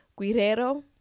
Guirero